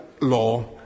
law